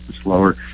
slower